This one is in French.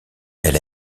elle